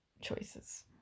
choices